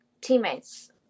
teammates